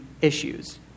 issues